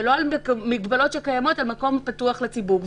ולא על מגבלות שקיימות על מקום פתוח לציבור.